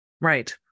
Right